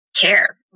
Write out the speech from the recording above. care